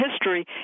history